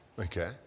Okay